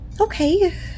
okay